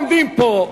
אתם עומדים פה,